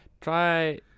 try